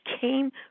came